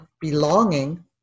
belonging